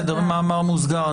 במאמר מוסגר.